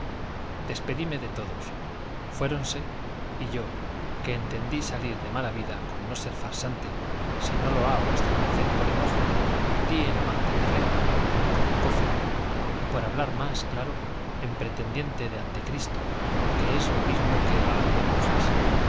despedíme de todos fuéronse y yo que entendí salir de mala vida con no ser farsante si no lo ha v md por enojo di en amante de red como cofia y por hablar más claro en pretendiente de antecristo que es lo mismo que galán de monjas